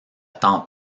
temps